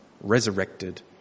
resurrected